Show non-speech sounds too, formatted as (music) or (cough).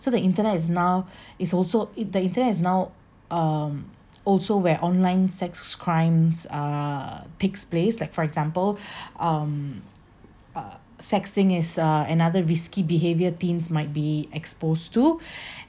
so the internet is now (breath) is also the internet is now um also where online sex crimes uh takes place like for example (breath) um uh sexting is uh another risky behaviour teens might be exposed to (breath)